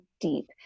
deep